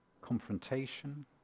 confrontation